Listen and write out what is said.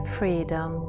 freedom